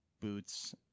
boots